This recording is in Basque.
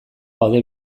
gaude